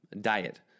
diet